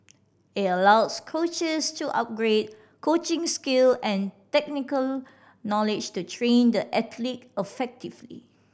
it allows coaches to upgrade coaching skill and technical knowledge to train the athlete effectively